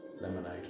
lemonade